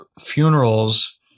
funerals